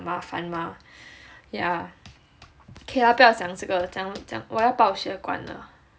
麻烦 mah yeah okay lah 不要讲这个讲讲我要爆血管了